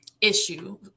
issue